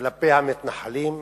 כלפי המתנחלים.